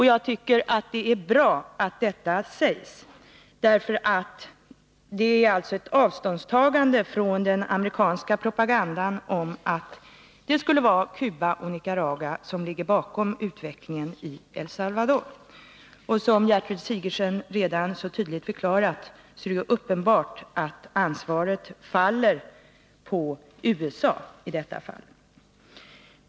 Jag tycker att det är bra att detta sägs, eftersom det innebär ett avståndstagande från den amerikanska propagandan att det skulle vara Cuba och Nicaragua som ligger bakom utvecklingen i El Salvador. Såsom Gertrud Sigurdsen redan tydligt har förklarat är det uppenbart att ansvaret i detta fall ligger på USA.